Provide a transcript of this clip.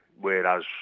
Whereas